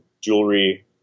jewelry